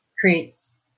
creates